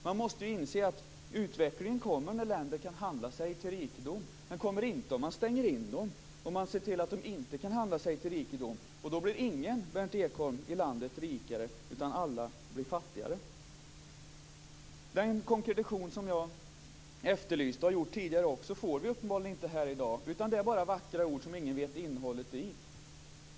Man måste inse att utvecklingen kommer när länder kan handla sig till rikedom, men den kommer inte om man stänger in dem och ser till att de inte kan handla sig till rikedom. Då blir ingen rikare i landet, Berndt Ekholm, utan alla blir fattigare. Den konkretition som jag efterlyste, och som jag också har efterlyst tidigare, får vi uppenbarligen inte här i dag. Det är bara vackra ord som ingen vet innehållet i.